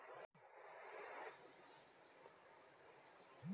गायीच्या दुधाचा एस.एन.एफ कायनं वाढन?